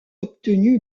obtenu